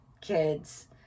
kids